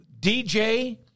DJ